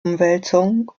umwälzungen